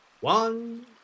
One